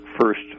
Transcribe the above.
first